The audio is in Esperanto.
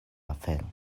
afero